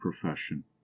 profession